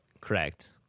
Correct